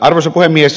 arvoisa puhemies